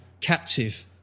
captive